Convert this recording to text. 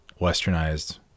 Westernized